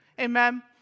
Amen